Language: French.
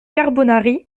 carbonari